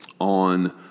on